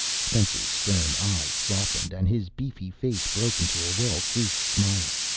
spencer's stern eyes softened, and his beefy face broke into a well-creased smile.